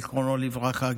זיכרונו לברכה,